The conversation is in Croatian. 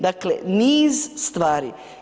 Dakle niz stvari.